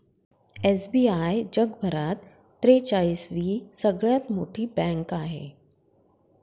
SBI जगभरात त्रेचाळीस वी सगळ्यात मोठी बँक आहे